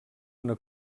una